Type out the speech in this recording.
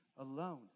alone